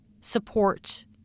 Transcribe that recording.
support